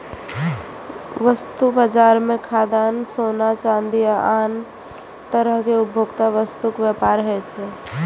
वस्तु बाजार मे खाद्यान्न, सोना, चांदी आ आन तरहक उपभोक्ता वस्तुक व्यापार होइ छै